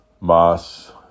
mass